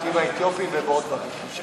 כוח על, האתיופיים ובעוד דברים.